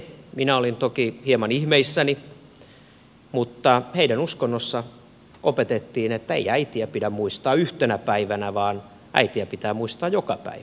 minä olin toki hieman ihmeissäni mutta heidän uskonnossaan opetettiin että ei äitiä pidä muistaa yhtenä päivänä vaan äitiä pitää muistaa joka päivä